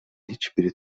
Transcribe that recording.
hiçbiri